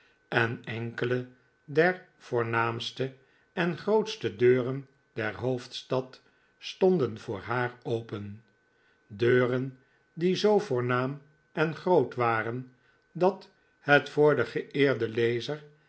en enkele der voornaamste en grootste deuren der hoofdstad stonden p tm p voor haar open deuren die zoo voornaam en groot waren dat het voor den ocvdo dooio geeerden lezer